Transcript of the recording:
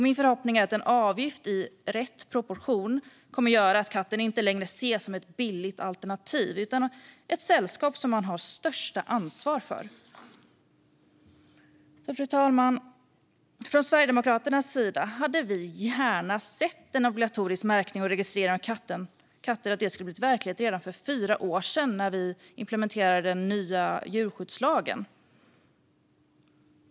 Min förhoppning är att en avgift i rätt proportion kommer att göra att katten inte längre ses som ett billigt alternativ utan som ett sällskap som man har största ansvar för. Fru talman! Från Sverigedemokraternas sida hade vi gärna sett att en obligatorisk märkning och registrering av katter blivit verklighet redan för fyra år sedan, när vi implementerade den nya djurskyddslagen.